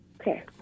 Okay